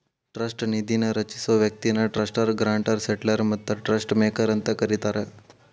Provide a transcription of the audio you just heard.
trust ನಿಧಿನ ರಚಿಸೊ ವ್ಯಕ್ತಿನ ಟ್ರಸ್ಟರ್ ಗ್ರಾಂಟರ್ ಸೆಟ್ಲರ್ ಮತ್ತ ಟ್ರಸ್ಟ್ ಮೇಕರ್ ಅಂತ ಕರಿತಾರ